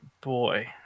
boy